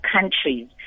countries